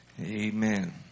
Amen